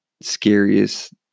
scariest